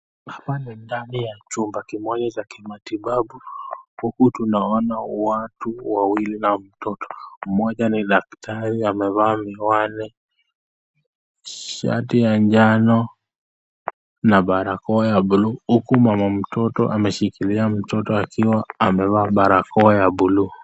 Hapa ni ndani ya chumba kimoja cha kimatibabu. Huku tunaona watu wawili na mtoto. Mmoja ni daktari amevaa miwani, shati ya njano na barakoa ya bluu, huku mama mtoto ameshikilia mtoto akiwa amevalia barakoa ya bluu.